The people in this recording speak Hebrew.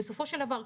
בסופו של דבר,